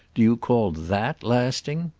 do you call that lasting?